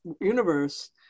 universe